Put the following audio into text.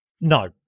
No